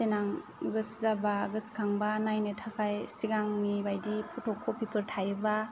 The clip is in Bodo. देनां गोसो जाबा गोसो खांबा नायनो थाखाय सिगांनि बायदि फट' कपि फोर थायोब्ला